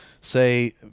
Say